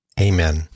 Amen